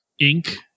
ink